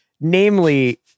Namely